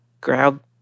grab